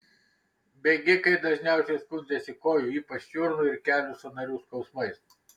bėgikai dažniausiai skundžiasi kojų ypač čiurnų ir kelių sąnarių skausmais